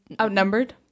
outnumbered